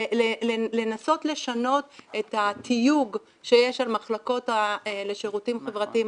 לנסות לשנות את התיוג שיש על המחלקות לשירותים חברתיים.